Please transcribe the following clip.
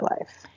life